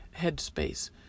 headspace